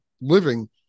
living